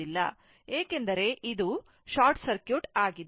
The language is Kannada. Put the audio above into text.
ಏಕೆಂದರೆ ಇದು ಶಾರ್ಟ್ ಸರ್ಕ್ಯೂಟ್ ಆಗಿದೆ